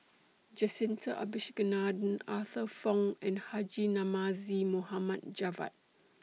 Jacintha Abisheganaden Arthur Fong and Haji Namazie Mohd Javad